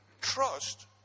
Trust